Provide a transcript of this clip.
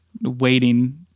waiting